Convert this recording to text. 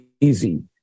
easy